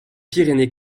pyrénées